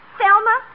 Thelma